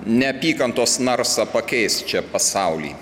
neapykantos narsą pakeis čia pasauly